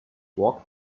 walk